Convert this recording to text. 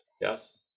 Yes